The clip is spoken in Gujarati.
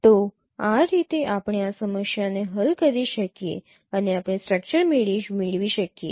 તો આ રીતે આપણે આ સમસ્યાને હલ કરી શકીએ અને આપણે સ્ટ્રક્ચર મેળવી શકીએ